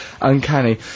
uncanny